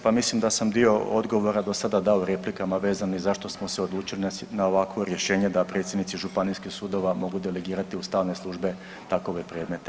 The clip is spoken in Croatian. Pa mislim da sam dio odgovora do sada dao u replikama vezanim zašto smo se odlučili na ovakvo rješenje da predsjednici Županijskih sudova mogu delegirati u stalne službe takove predmete.